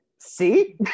See